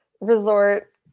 resort